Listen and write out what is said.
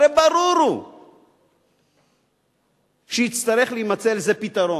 הרי ברור הוא שיצטרך להימצא לזה פתרון.